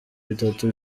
bitatu